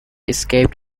escaped